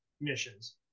missions